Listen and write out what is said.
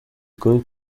going